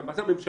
מה זה "הממשלה"?